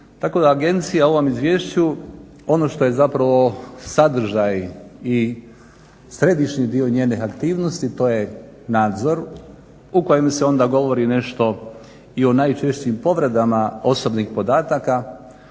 Tako da agencija u ovom izvješću ono što je zapravo sadržaj i središnji dio njenih aktivnosti to je nadzor u kojem se onda govori nešto i o najčešćim povredama osobnih podataka,